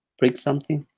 break something?